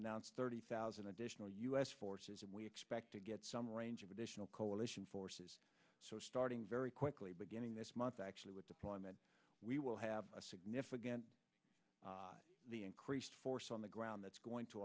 announced thirty thousand additional u s forces and we expect to get some range of additional coalition forces so starting very quickly beginning this month actually with deployment we will have a significant the increased force on the ground that's going to